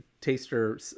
taster